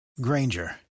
Granger